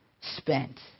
spent